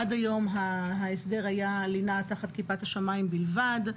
עד היום ההסדר היה לינה תחת כיפת השמים בלבד.